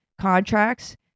contracts